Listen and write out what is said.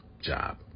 job